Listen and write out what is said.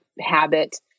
habit